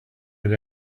had